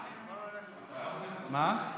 מה?